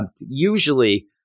usually